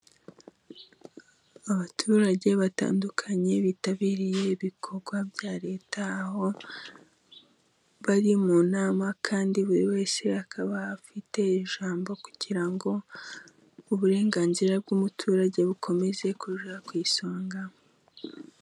Abaturage batandukanye bitabiriye ibikorwa bya Leta， aho bari mu nama kandi buri wese akaba afite ijambo， kugira ngo uburenganzira bw'umuturage bukomeze kuba ku isonga.